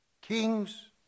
kings